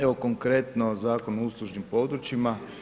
Evo konkretno, zakon o uslužnim područjima.